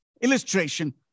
illustration